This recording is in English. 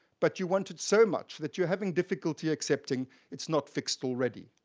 but you want it so much that you're having difficulty accepting it's not fixed already.